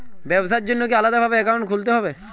ব্যাবসার জন্য কি আলাদা ভাবে অ্যাকাউন্ট খুলতে হবে?